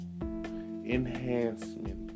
enhancement